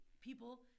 people